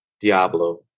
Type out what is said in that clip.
Diablo